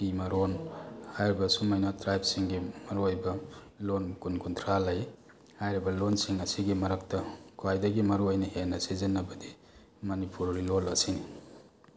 ꯀꯨꯀꯤ ꯃꯔꯣꯟ ꯍꯥꯏꯔꯤꯕ ꯁꯨꯃꯥꯏꯅ ꯇ꯭ꯔꯥꯏꯕꯁꯤꯡꯒꯤ ꯃꯔꯨꯑꯣꯏꯕ ꯂꯣꯟ ꯀꯨꯟ ꯀꯨꯟꯊ꯭ꯔꯥ ꯂꯩ ꯍꯥꯏꯔꯤꯕ ꯂꯣꯟꯁꯤꯡ ꯑꯁꯤꯒꯤ ꯃꯔꯛꯇ ꯈ꯭ꯋꯥꯏꯗꯒꯤ ꯃꯔꯨ ꯑꯣꯏꯅ ꯍꯦꯟꯅ ꯁꯤꯖꯤꯟꯅꯕꯗꯤ ꯃꯅꯤꯄꯨꯔꯤ ꯂꯣꯟ ꯑꯁꯤꯅꯤ